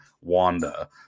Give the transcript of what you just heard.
Wanda